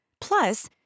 Plus